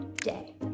day